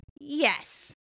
Yes